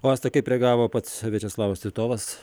o asta kaip reagavo pats viačeslavas titovas